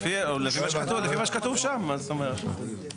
לפי מה שכתוב שם, מה זאת אומרת?